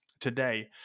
today